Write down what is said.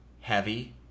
heavy